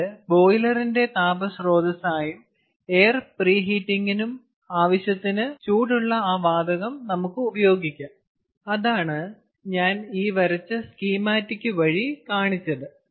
പിന്നീട് ബോയിലറിന്റെ താപ സ്രോതസ്സായും എയർ പ്രീഹീറ്റിംഗിനും ആവശ്യത്തിന് ചൂടുള്ള ആ വാതകം നമുക്ക് ഉപയോഗിക്കാം അതാണ് ഞാൻ ഈ വരച്ച സ്കീമാറ്റിക് വഴി കാണിച്ചത്